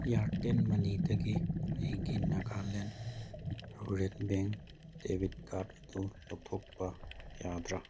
Airtel ꯃꯅꯤꯗꯒꯤ ꯑꯩꯒꯤ Nagaland rural bank debit card ꯑꯗꯨ ꯂꯧꯊꯣꯛꯄ ꯌꯥꯗ꯭ꯔꯥ